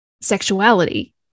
sexuality